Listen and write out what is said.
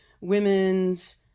women's